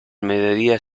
mediodía